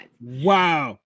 Wow